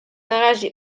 наразі